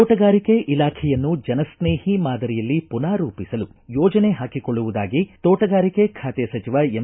ತೋಟಗಾರಿಕೆ ಇಲಾಖೆಯನ್ನು ಜನಸ್ನೇಹಿ ಮಾದರಿಯಲ್ಲಿ ಪುನಾರೂಪಿಸಲು ಯೋಜನೆ ಹಾಕಿಕೊಳ್ಳುವುದಾಗಿ ತೋಟಗಾರಿಕೆ ಖಾತೆ ಸಚಿವ ಎಂ